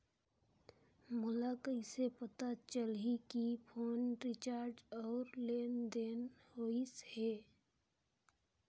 मोला कइसे पता चलही की फोन रिचार्ज और लेनदेन होइस हे?